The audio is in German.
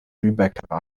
lübecker